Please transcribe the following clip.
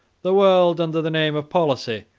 the world, under the name of policy,